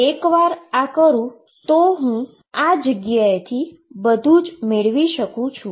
એકવાર હું આ કરું તો આ જગ્યાએથી હું બધુ જ મેળવી શકું છું